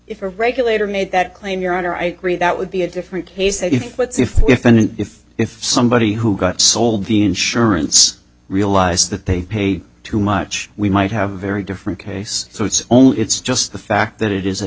if a regulator made that claim your honor i agree that would be a different pace if if and if if somebody who got sold the insurance realized that they paid too much we might have very different case so it's only it's just the fact that it is a